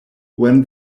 when